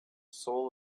soul